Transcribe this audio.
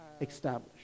established